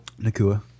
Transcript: Nakua